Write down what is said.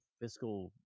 fiscal